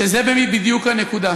שזו בדיוק הנקודה,